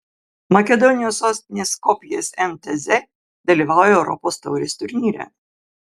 makedonijos sostinės skopjės mtz dalyvauja europos taurės turnyre